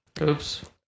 oops